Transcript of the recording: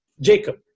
Jacob